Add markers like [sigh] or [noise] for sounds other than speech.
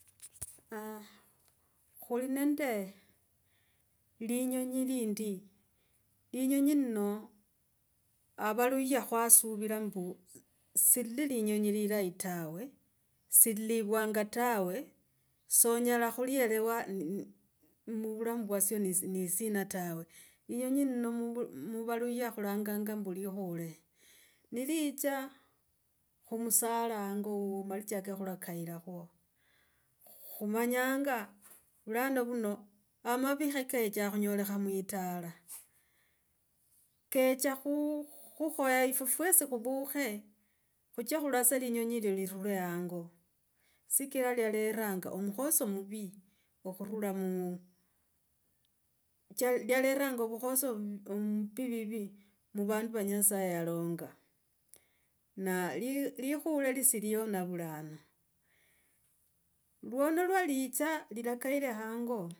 [hesitation] khuli nende linyonyi lindi, linyinyi lino avaluhya khwasuvira mbu silili linyonyi lilayi tawe silililwanga tawe. Sonyela khulielewa muvulamu vwaso ni sina tawe. Linyonyi lino [hesitation] muvaluya khulanganga ombu likhule. Ni liicha khu musala hango wuwo malicha kekhola kaisaka. Khumanyanga vulano vuno, amavi khekecha khulolekha mwitala kecha khukhoya efwe fwesi khuvukhule khuche khuleso linyonyi lirure hango. Sikila lyareranga omukhoso muvi okhorula mu, lyarenga, vukhoso, mu, mbi [hesitation] mu vandu va nyasaye yalenga, na likh, likhule lisiwo na vulano. Lwa na liliicha lilakayiringo hanga,